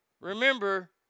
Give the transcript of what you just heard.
remember